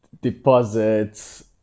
deposits